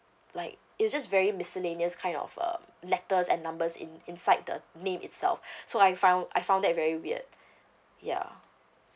like it was just very miscellaneous kind of um letters and numbers in~ inside the name itself so I found I found that very weird ya